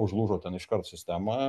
užlūžo ten iškart sistema